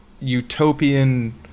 utopian